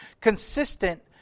Consistent